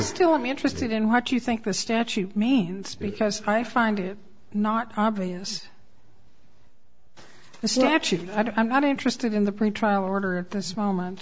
still i'm interested in what you think the statute means because i find it not obvious this is actually i don't i'm not interested in the pretrial order at this moment